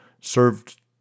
served